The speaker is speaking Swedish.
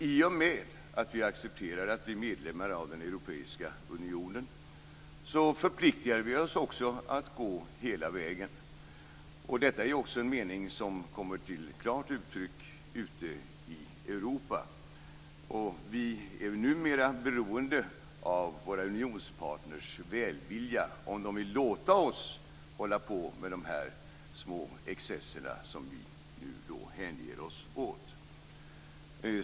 I och med att vi accepterar att bli medlemmar av den europeiska unionen förpliktar vi oss också att gå hela vägen. Detta är också en mening som kommer till klart uttryck ute i Europa. Vi är numera beroende av våra unionspartners välvilja, dvs. om de vill låta oss hålla på med dessa små excesser som vi nu hänger oss åt.